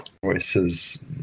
voices